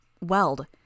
Weld